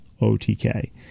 OTK